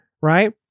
right